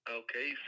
okay